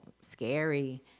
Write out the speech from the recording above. scary